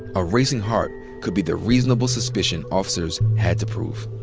a racing heart could be the reasonable suspicion officers had to prove.